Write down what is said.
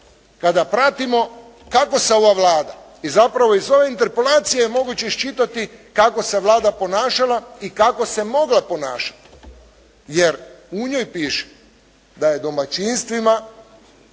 kada pratimo kako se ova Vlada i zapravo iz ove interpelacije je moguće iščitati kako se Vlada ponašala i kako se mogla ponašati, jer u njoj piše da je domaćinstvima